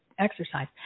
Exercise